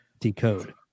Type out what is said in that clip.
Decode